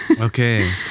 Okay